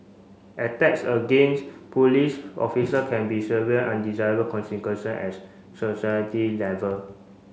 attacks against police officer can be severe undesirable consequence as society level